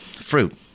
fruit